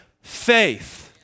faith